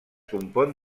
compon